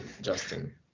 Justin